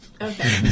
Okay